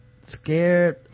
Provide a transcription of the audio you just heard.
scared